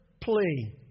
plea